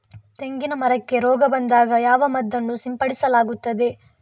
ತೆಂಗಿನ ಮರಕ್ಕೆ ರೋಗ ಬಂದಾಗ ಯಾವ ಮದ್ದನ್ನು ಸಿಂಪಡಿಸಲಾಗುತ್ತದೆ?